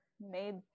made